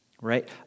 right